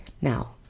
Now